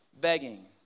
begging